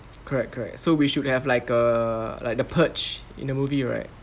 correct correct so we should have like a like the purge in the movie right